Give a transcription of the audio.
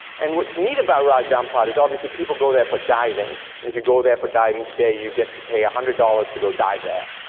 and what's neat about raja ampat is obviously people go there for diving, and if you go there for diving today, you get to pay a hundred dollars to go dive there.